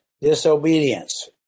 disobedience